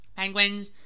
Penguins